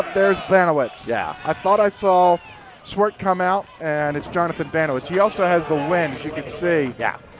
there is banowetz. yeah i thought i saw swart come out and it's jonathon banowetz. he also has the wind as you can see. yeah